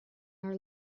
our